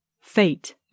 Fate